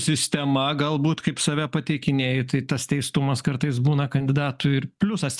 sistema galbūt kaip save pateikinėji tai tas teistumas kartais būna kandidatui ir pliusas